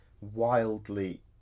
wildly